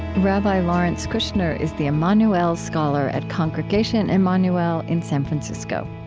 rabbi lawrence kushner is the emanu-el scholar at congregation emanu-el in san francisco.